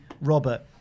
Robert